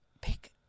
pick